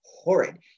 horrid